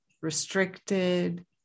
restricted